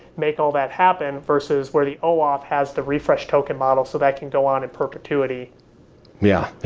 make all that happen, versus where the oauth has the refresh token model so that can go on in perpetuity yeah.